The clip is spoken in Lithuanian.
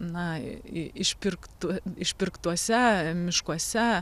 na išpirktų išpirktuose miškuose